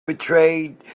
betrayed